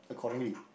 accordingly